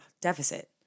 deficit